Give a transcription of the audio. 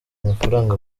amafaranga